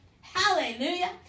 Hallelujah